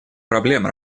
проблем